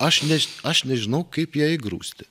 aš ne aš nežinau kaip ją įgrūsti